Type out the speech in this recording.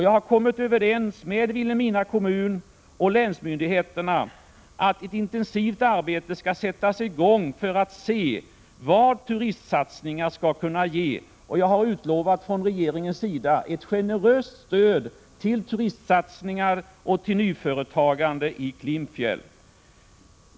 Jag har kommit överens med Vilhelmina kommun och länsmyndigheterna om att ett intensivt arbete skall sättas i gång för att se vad turistsatsningar skall kunna ge, och jag har utlovat ett generöst stöd från regeringen till turistsatsningar och till nyföretagande i Klimpfjäll.